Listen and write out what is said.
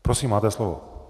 Prosím, máte slovo.